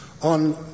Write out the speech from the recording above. On